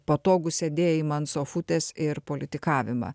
patogų sėdėjimą ant sofutės ir politikavimą